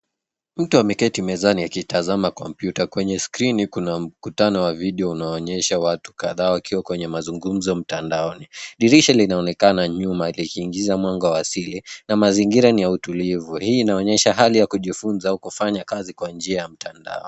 Mtu ameketi mezani akitazama kompyuta. Kwenye skrini kuna mkutano wa video unaonyesha watu kadhaa wakiwa kwenye mazungumzo mtandaoni. Dirisha linaonekana nyuma likiingiza mwanga wa asili na mazingira ni ya utulivu. Hii inaonyesha hali ya kujifunza au kufanya kazi kwa njia ya mtandao.